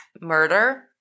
murder